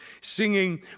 singing